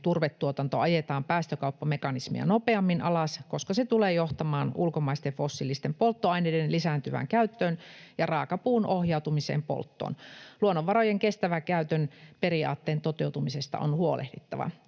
turvetuotanto ajetaan päästökauppamekanismia nopeammin alas, koska se tulee johtamaan ulkomaisten fossiilisten polttoaineiden lisääntyvään käyttöön ja raakapuun ohjautumiseen polttoon. Luonnonvarojen kestävän käytön periaatteen toteutumisesta on huolehdittava.”